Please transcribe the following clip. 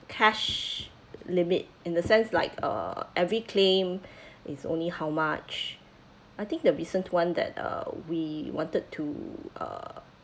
cash limit in the sense like uh every claim is only how much I think the recent one that uh we wanted to uh